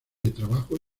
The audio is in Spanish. trabajo